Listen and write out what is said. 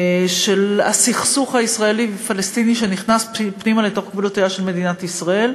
של הסכסוך הישראלי פלסטיני שנכנס פנימה לתוך גבולותיה של מדינת ישראל.